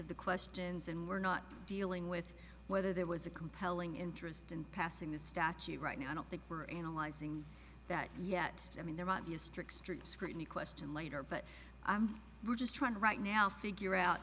of the questions and we're not dealing with whether there was a compelling interest in passing the statue right now i don't think we're analyzing that yet i mean there might be a strict strict scrutiny question later but i'm just trying to right now figure out